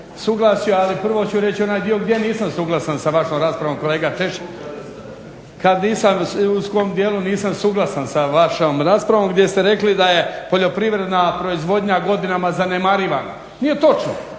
suglasju. Ali prvo ću reći onaj dio gdje nisam suglasan sa vašom raspravom kolega Češek, u kojem dijelu nisam suglasan sa vašom raspravom gdje ste rekli da je poljoprivredna proizvodnja godinama zanemarivana. Nije točno,